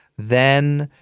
then,